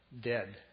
dead